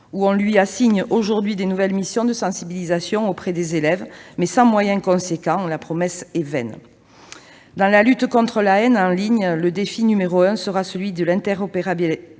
: on lui assigne aujourd'hui des nouvelles missions de sensibilisation auprès des élèves, mais, sans moyens importants, la promesse est vaine. Dans la lutte contre la haine en ligne, le principal défi sera celui de l'interopérabilité